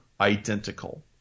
identical